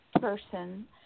person